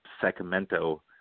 Sacramento